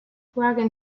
wagon